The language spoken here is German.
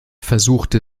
versuchte